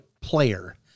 player